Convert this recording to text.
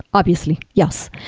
obviously. yes.